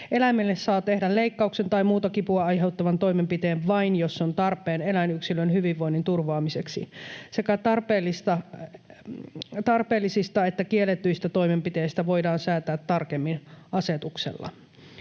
Eläimelle saa tehdä leikkauksen tai muun kipua aiheuttavan toimenpiteen vain, jos se on tarpeen eläinyksilön hyvinvoinnin turvaamiseksi. Sekä tarpeellisista että kielletyistä toimenpiteistä voidaan säätää tarkemmin asetuksella.